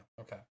okay